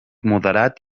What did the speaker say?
moderat